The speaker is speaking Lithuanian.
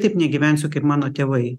taip negyvensiu kaip mano tėvai